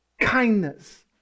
kindness